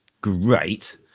great